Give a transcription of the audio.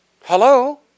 Hello